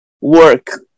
work